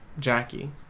Jackie